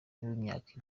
w’imyaka